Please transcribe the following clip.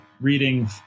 reading